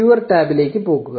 viewer ടാബിലേക്ക് പോകുക